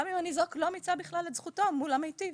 גם אם הניזוק לא מיצה את זכותו מול המיטיב,